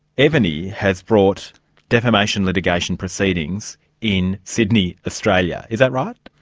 evony has brought defamation litigation proceedings in sydney, australia, is that right?